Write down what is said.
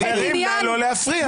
חברים, נא לא להפריע.